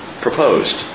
proposed